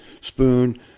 spoon